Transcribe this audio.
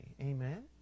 Amen